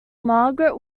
margaret